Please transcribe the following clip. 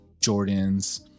Jordans